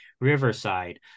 Riverside